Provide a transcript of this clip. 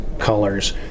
colors